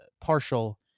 partial